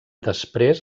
després